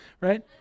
right